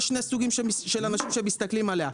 יש שני סוגים של אנשים שמסתכלים עליה.